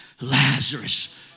Lazarus